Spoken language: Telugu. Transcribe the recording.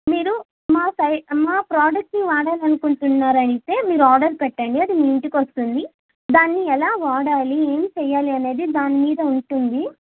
మీరు మా మా ప్రోడక్ట్ని వాడాలి అనుకుంటున్నారు అయితే మీరు ఆర్డర్ పెట్టండి అది మీ ఇంటికి వస్తుంది దాన్ని ఎలా వాడాలి ఏం చెయ్యాలి అనేది దాని మీద ఉంటుంది